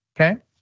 okay